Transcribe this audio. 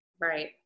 Right